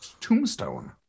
Tombstone